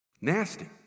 Nasty